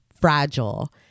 fragile